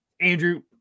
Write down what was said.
andrew